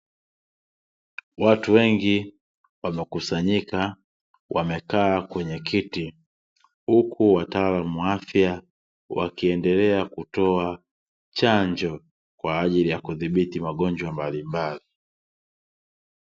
Watu wengi wamekusanyika wamekaa kwenye kiti, huku wataalamu wa afya wakiendelea kutoa chanjo kwa ajili ya kudhibiti magonjwa mbalimbali.